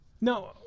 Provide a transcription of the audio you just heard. No